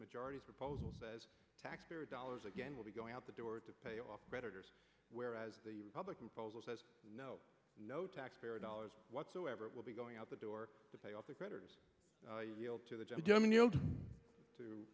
majority of proposals says taxpayer dollars again will be going out the door to pay off creditors whereas the republican proposal says no no taxpayer dollars whatsoever will be going out the door to pay off the creditors to